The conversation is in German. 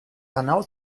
hanau